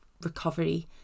recovery